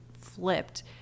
flipped